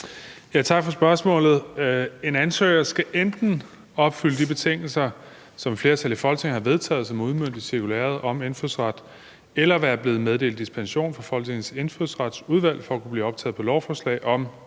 Tak for spørgsmålet. En ansøger skal enten opfylde de betingelser, som et flertal i Folketinget har vedtaget, og som er udmøntet i cirkulæret om indfødsret, eller være blevet meddelt dispensation fra Folketingets Indfødsretsudvalg for at kunne blive optaget på lovforslag om indfødsrets